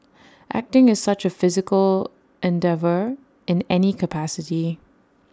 acting is such A physical endeavour in any capacity